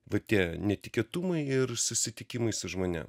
va tie netikėtumai ir susitikimai su žmonėms